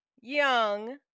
young